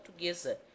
Portuguesa